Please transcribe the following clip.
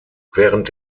während